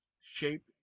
shape